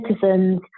citizens